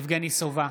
יבגני סובה,